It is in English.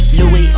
Louis